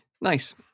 Nice